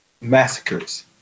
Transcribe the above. massacres